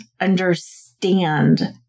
understand